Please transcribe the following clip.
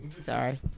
Sorry